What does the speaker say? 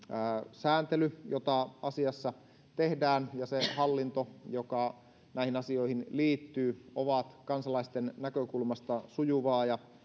sääntely jota asiassa tehdään ja se hallinto joka näihin asioihin liittyy on kansalaisten näkökulmasta sujuvaa ja